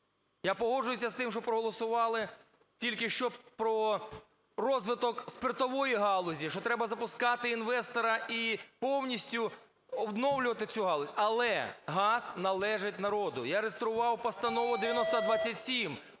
Я погоджуюся з тим, що проголосували тільки що про розвиток спиртової галузі, що треба запускати інвестора і повністю обновлювати цю галузь, але газ належить народу. Я реєстрував Постанову 9027,